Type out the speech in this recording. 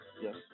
Yes